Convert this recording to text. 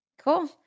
cool